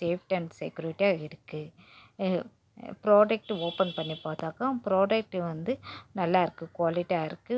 safety and செக்யூரிட்டியாக இருக்குது product open பண்ணி பார்த்தாக்கா ப்ராடெக்டு வந்து நல்லாருக்குது குவாலிட்டியாருக்குது